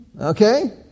okay